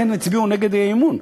לכן הם הצביעו נגד האי-אמון,